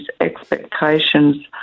expectations